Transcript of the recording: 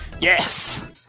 Yes